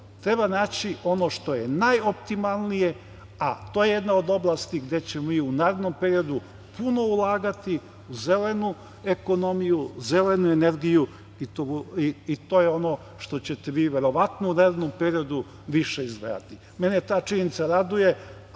Treba naći ono što je najoptimalnije, a to je jedna od oblasti gde ćemo mi u narednom periodu puno ulagati u zelenu ekonomiju, zelenu energiju i to je ono u šta ćete vi verovatno u narednom periodu više izdvajati. Mene ta činjenica raduje,